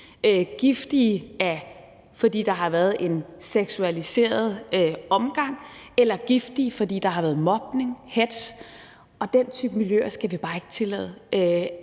giftige, fordi der har været en seksualiseret omgang, eller giftige, fordi der har været mobning eller hetz. Vi skal bare ikke tillade,